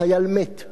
החייל מת.